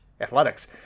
athletics